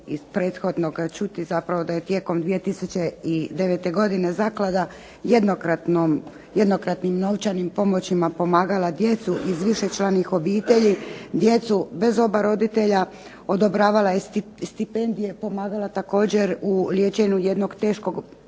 prethodnog čuti zapravo da je tijekom 2009. godine zaklada jednokratnim novčanim pomoćima pomagala djecu iz višečlanih obitelji, djecu bez oba roditelja, odobravala je stipendije, pomagala također u liječenju jednog teško